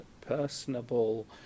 personable